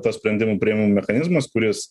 tas sprendimų priėmimo mechanizmas kuris